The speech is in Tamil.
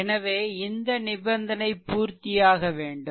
எனவே இந்த நிபந்தனை பூர்த்தியாக வேண்டும்